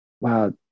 wow